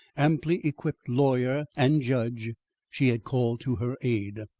amply equipped lawyer and judge she had called to her aid.